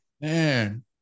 Man